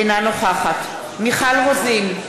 אינה נוכחת מיכל רוזין,